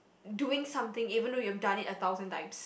doing something even though you've done it a thousand times